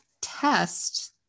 test